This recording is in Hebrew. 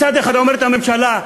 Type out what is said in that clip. מצד אחד אומרת הממשלה: